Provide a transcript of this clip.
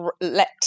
let